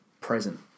present